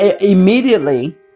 immediately